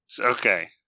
Okay